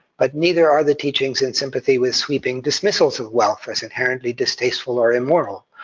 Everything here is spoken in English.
but neither are the teachings in sympathy with sweeping dismissals of wealth, as inherently distasteful or immoral,